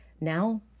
Now